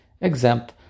exempt